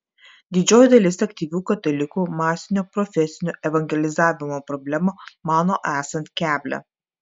didžioji dalis aktyvių katalikų masinio profesinio evangelizavimo problemą mano esant keblią